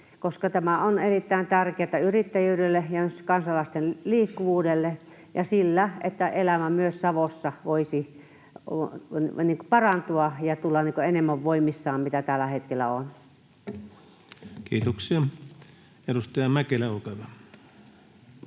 koska tämä on erittäin tärkeätä yrittäjyydelle, kansalaisten liikkuvuudelle ja sille, että elämä myös Savossa voisi parantua ja olla enemmän voimissaan kuin se tällä hetkellä on. Kiitoksia. — Edustaja Mäkelä, olkaa hyvä.